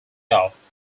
off